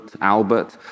Albert